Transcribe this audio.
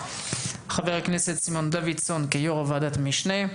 ח"כ סימון דוידסון - יו"ר ועדת המשנה,